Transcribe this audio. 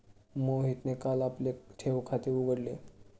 मोहितने काल आपले ठेव खाते उघडले